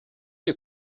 you